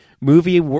movie